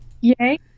yay